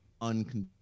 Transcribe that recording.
unconditional